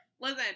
Listen